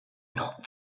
not